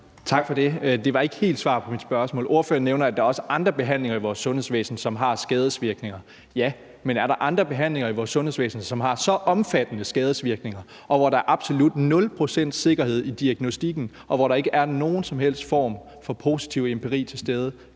Tak for det. Det var ikke helt svar på mit spørgsmål. Ordføreren nævner, at der også er andre behandlinger i vores sundhedsvæsen, som har skadesvirkninger. Ja, men er der andre behandlinger i vores sundhedsvæsen, som har så omfattende skadesvirkninger, og hvor der er absolut nul procents sikkerhed i diagnostikken, og hvor der ikke er nogen som helst form for positiv empiri til stede,